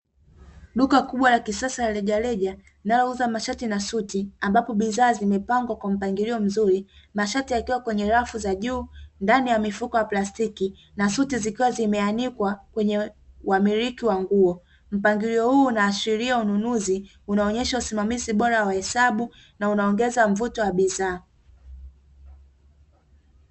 Duka kubwa la kisasa la rejareja linalouza mashati na suti ambapo bidhaa zimepangwa kwenye mpangilio mzuri, mashati yakiwa kwenye rafu za juu ndani ya mifuko ya plastiki na suti zikiwa zimeanikwa kwenye uamiliki wa nguo, mpangilio huu unaashiria ununuzi unaaonesha usimamizi bora wa hesabu na unaongeza mvuto wa bidhaa.